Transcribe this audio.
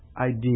idea